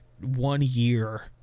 one-year